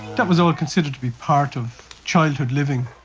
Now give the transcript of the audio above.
that was all considered to be part of childhood living.